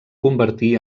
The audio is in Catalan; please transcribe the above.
convertí